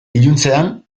iluntzean